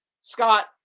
Scott